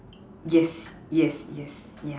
yes yes yes yes yeah